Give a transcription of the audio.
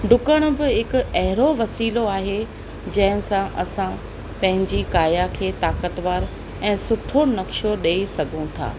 डुकण बि हिकु अहिड़ो वसीलो आहे जंहिंसां असां पंहिंजी काया खे ताक़तवरु ऐं सुठो नक़्शो ॾेई सघू था